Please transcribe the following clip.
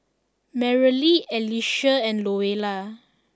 Merrily Alecia and Louella